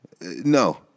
no